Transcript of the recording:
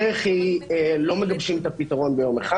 לא מגבשים את הפתרון ביום אחד